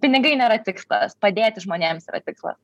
pinigai nėra tikslas padėti žmonėms yra tikslas